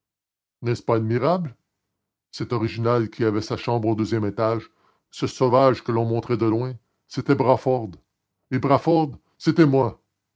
n'est-ce pas admirable cet original qui avait sa chambre au deuxième étage ce sauvage que l'on montrait de loin c'était brawford et brawford c'était moi